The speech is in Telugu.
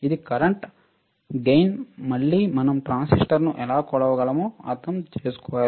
ఇది కరెంట్ లాభం మళ్ళీ మనం ట్రాన్సిస్టర్లను ఎలా కొలవగలమో అర్థం చేసుకోవాలి